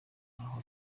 aho